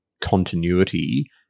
continuity